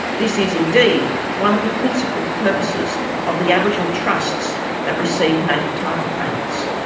this is indeed one of the principal purposes of the aboriginal trusts that receive native title payments.